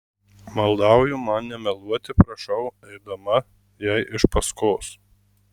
maldauju man nemeluoti prašau eidama jai iš paskos